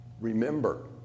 Remember